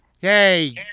Hey